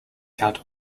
count